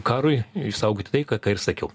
karui išsaugoti taiką ką ir sakiau